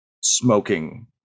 smoking